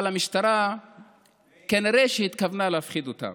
אבל המשטרה כנראה התכוונה להפחיד אותם.